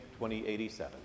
2087